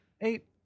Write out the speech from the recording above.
eight